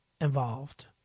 involved